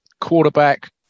quarterback